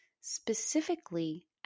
specifically